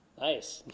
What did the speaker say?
nice.